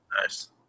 Nice